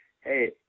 hey